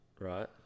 right